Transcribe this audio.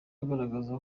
agaragaza